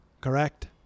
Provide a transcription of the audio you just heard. Correct